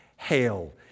hail